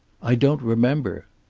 i don't remember.